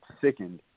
sickened